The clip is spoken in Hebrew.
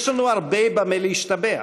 יש לנו הרבה במה להשתבח: